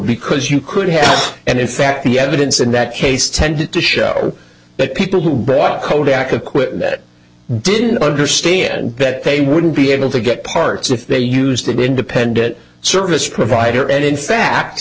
because you could have and in fact the evidence in that case tended to show that people who bought kodak acquit didn't understand that they wouldn't be able to get parts if they used that independent service provider and in fact